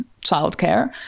childcare